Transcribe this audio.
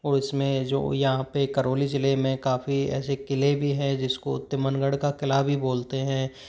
और इसमे जो यहाँ पे करौली जिले में काफ़ी ऐसे किले भी हैं जिसको तिमनगढ़ का किला भी बोलते हैं